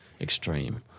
extreme